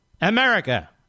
America